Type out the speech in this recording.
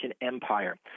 empire